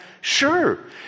sure